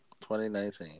2019